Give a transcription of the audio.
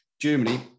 Germany